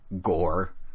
gore